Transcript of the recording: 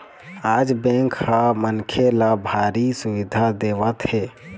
आज बेंक ह मनखे ल भारी सुबिधा देवत हे